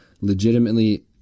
legitimately